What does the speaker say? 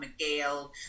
McGill